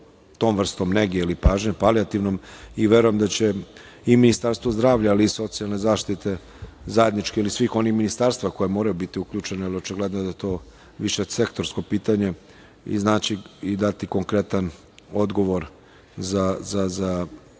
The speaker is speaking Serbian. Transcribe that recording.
tom vrstom nege ili pažnje, palijativnom i verujem da će i Ministarstvo zdravlja, ali i socijalne zaštite zajednički ili svih onih ministarstava koji moraju biti uključeni, jer očigledno da je to više sektorsko pitanje i znaće i dati konkretan odgovor za naše